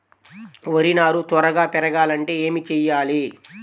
వరి నారు త్వరగా పెరగాలంటే ఏమి చెయ్యాలి?